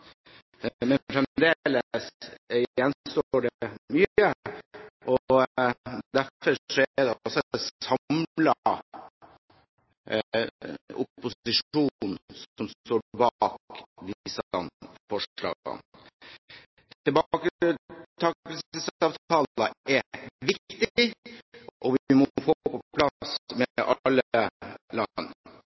Men fremdeles gjenstår det mye. Derfor er det en samlet opposisjon som står bak disse forslagene. Tilbaketakelsesavtaler er viktig, og vi må få det på plass med alle